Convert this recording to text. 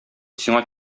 сиңа